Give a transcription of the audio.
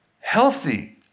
healthy